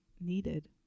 needed